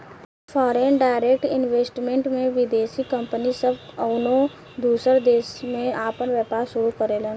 foreign direct investment में विदेशी company सब कउनो दूसर देश में आपन व्यापार शुरू करेले